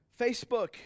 Facebook